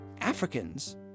Africans